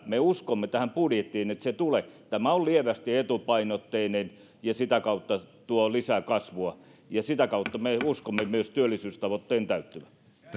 me uskomme tähän budjettiin siihen että se tulee tämä on lievästi etupainotteinen ja sitä kautta tuo lisää kasvua ja sitä kautta me uskomme myös työllisyystavoitteen täyttyvän